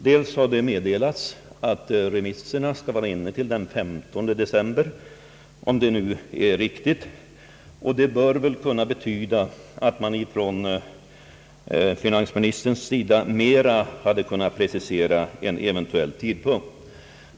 Det har meddelats att remissvaren skall vara inne till den 15 december — om det nu är riktigt — och det bör väl kunna betyda att man från finansministerns sida bättre kunde ha preciserat en eventuell tidpunkt.